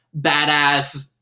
badass